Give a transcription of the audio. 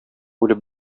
үлеп